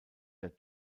der